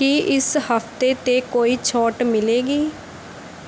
ਕੀ ਇਸ ਹਫ਼ਤੇ 'ਤੇ ਕੋਈ ਛੋਟ ਮਿਲੇਗੀ